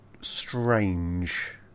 strange